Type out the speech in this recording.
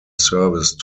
service